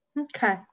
Okay